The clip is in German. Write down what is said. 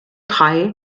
drei